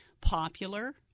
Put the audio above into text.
popular